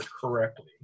correctly